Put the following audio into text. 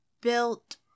built